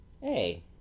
hey